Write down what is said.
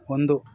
ಒಂದು